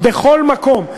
בכל מקום,